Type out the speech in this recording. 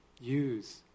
Use